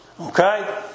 Okay